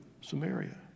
Samaria